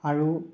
আৰু